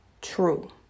true